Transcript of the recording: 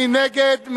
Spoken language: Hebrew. מי נגד?